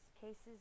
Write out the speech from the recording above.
cases